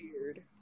weird